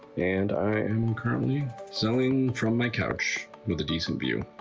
and i am currently selling from my couch with a decent view.